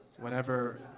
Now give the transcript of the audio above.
whenever